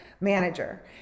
manager